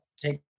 take